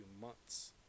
months